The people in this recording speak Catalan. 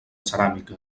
ceràmica